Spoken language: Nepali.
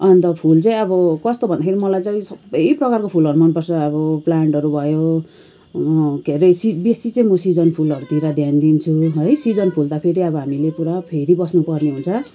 अन्त फुल चाहिँ कस्तो भन्दाखेरि मलाई चाहिँ सबै प्रकारको फुलहरू मनपर्छ अब प्लान्टहरू भयो के अरे सि बेसी चाहिँ म सिजन फुलहरूतिर ध्यान दिन्छु है सिजन फुल त फेरि अब हामीले पुरा फेरी बस्नुपर्ने हुन्छ